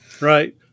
right